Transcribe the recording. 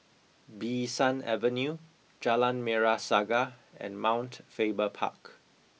Bee San Avenue Jalan Merah Saga and Mount Faber Park